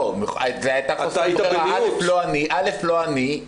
לא, לא אני.